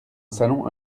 salon